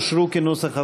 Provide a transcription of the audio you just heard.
אושרו כנוסח הוועדה.